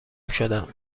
شدم